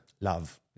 Love